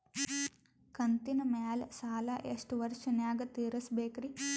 ಕಂತಿನ ಮ್ಯಾಲ ಸಾಲಾ ಎಷ್ಟ ವರ್ಷ ನ್ಯಾಗ ತೀರಸ ಬೇಕ್ರಿ?